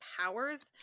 powers